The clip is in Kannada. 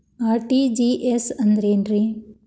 ಆರ್.ಟಿ.ಜಿ.ಎಸ್ ಅಂದ್ರ ಏನ್ರಿ?